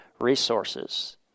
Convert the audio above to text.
resources